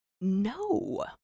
No